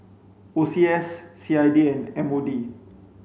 O C S C I D and M O D